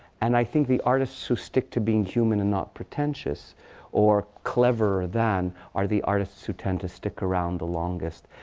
and i think the artists who stick to being human and not pretentious or cleverer than are the artists who tend to stick around the longest.